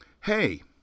hey